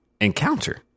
encounter